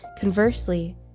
Conversely